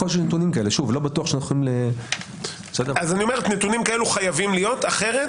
לא בטוח- -- נתונים כאלה חייבים להיות אחרת